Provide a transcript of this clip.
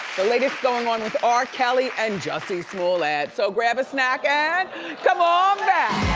the latest going on with r. kelly and jussie smollett. so, grab a snack and come on back.